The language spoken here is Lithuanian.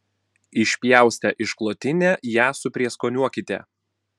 išpjaustę išklotinę ją suprieskoniuokite